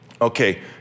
okay